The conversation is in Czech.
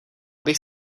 bych